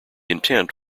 intent